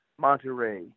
Monterey